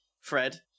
Fred